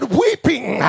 weeping